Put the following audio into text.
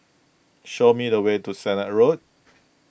show me the way to Sennett Road